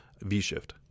v-shift